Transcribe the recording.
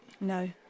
No